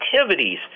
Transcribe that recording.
activities